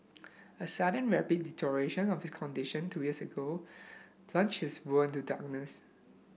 a sudden rapid deterioration of he condition two years ago plunged his world into darkness